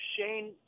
Shane